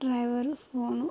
driver phone